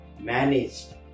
managed